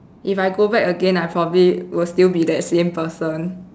if I go back again I probably will still be that same person